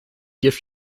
gift